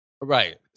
Right